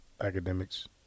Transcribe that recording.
academics